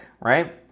right